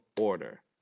order